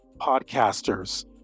podcasters